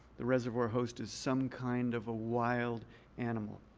the reservoir host is some kind of a wild animal.